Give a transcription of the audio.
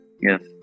yes